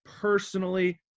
personally